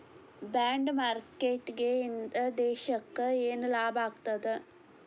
Bond marketing ಇಂದಾ ದೇಶಕ್ಕ ಯೆನ್ ಲಾಭಾಗ್ತದ?